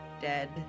dead